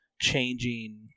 changing